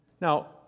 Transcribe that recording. Now